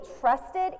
trusted